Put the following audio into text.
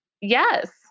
Yes